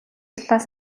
талаас